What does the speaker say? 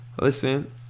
Listen